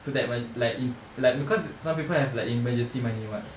so that macam like in like some people have like emergency money [what]